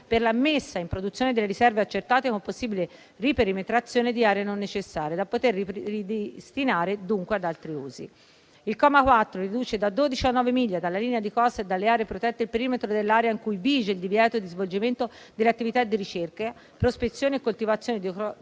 per la messa in produzione delle riserve accertate, con possibile riperimetrazione di aree non necessarie da poter ridestinare, dunque, ad altri usi. Il comma 4 riduce da 12 a 9 miglia dalla linea di costa e dalle aree protette il perimetro dell'area in cui vige il divieto di svolgimento delle attività di ricerca, prospezione e coltivazione di